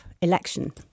election